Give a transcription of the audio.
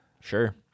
Sure